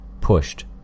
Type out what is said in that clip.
pushed